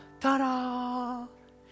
ta-da